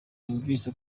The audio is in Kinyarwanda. yumvise